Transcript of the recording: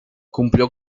cumplió